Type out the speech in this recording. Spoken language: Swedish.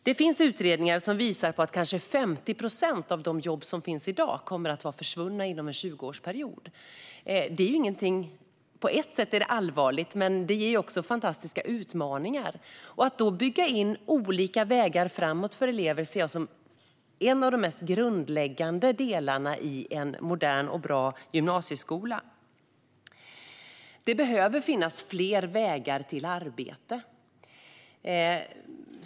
Det finns utredningar som visar på att kanske 50 procent av de jobb som finns i dag kommer att vara försvunna inom en 20-årsperiod. På ett sätt är detta allvarligt, men det ger också fantastiska utmaningar. Att då bygga in olika vägar framåt för elever ser jag som en av de mest grundläggande delarna i en modern och bra gymnasieskola. Det behöver finnas fler vägar till arbete.